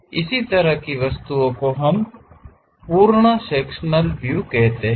इस तरह की वस्तुओं को हम पूर्ण सेक्शनल व्यू कहते हैं